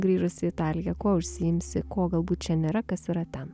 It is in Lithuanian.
grįžus į italiją kuo užsiimsi ko galbūt čia nėra kas yra ten